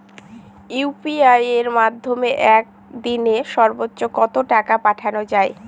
UPI এর মাধ্যমে এক দিনে সর্বচ্চ কত টাকা পাঠানো যায়?